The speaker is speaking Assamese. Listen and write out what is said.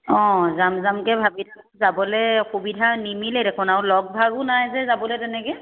অঁ যাম যামকে ভাবি যাবলে অসুবিধা নিমিলে দেখোন আৰু লগ ভাগো নাই যে যাবলে তেনেকে